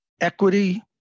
equity